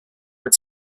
its